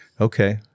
Okay